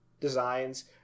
designs